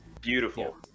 beautiful